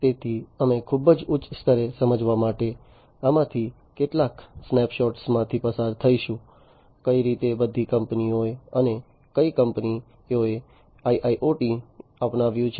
તેથી અમે ખૂબ જ ઉચ્ચ સ્તરે સમજવા માટે આમાંથી કેટલાક સ્નેપશોટમાંથી પસાર થઈશું કઈ રીતે બધી કંપનીઓ અને કઈ કંપનીઓએ IIoT અપનાવ્યું છે